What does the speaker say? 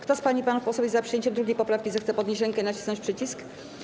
Kto z pań i panów posłów jest za przyjęciem 2. poprawki, zechce podnieść rękę i nacisnąć przycisk.